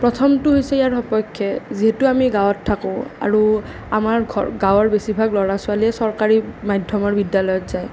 প্ৰথমটো হৈছে ইয়াৰ সপক্ষে যিহেতু আমি গাঁৱত থাকোঁ আৰু আমাৰ গাঁৱৰ বেছিভাগ ল'ৰা ছোৱালীয়ে চৰকাৰী মাধ্যমৰ বিদ্যালয়ত যায়